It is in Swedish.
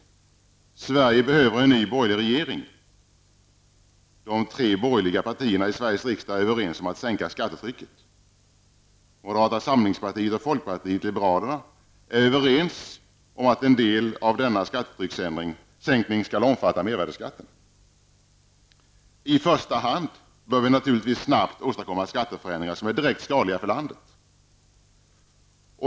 Sverige behöver en ny borgerlig regering. De tre borgerliga partierna i Sveriges riksdag är överens om att sänka skattetrycket. Moderata samlingspartiet och folkpartiet liberalerna är överens om att en del av denna skattetryckssänkning skall omfatta mervärdeskatten. I första hand bör vi naturligtvis snabbt åstadkomma förändringar av sådana skatter som är direkt skadliga för landet.